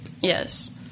Yes